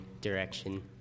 direction